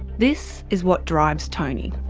this is what drives tony.